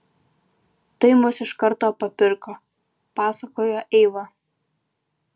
tai mus iš karto papirko pasakojo eiva